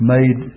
made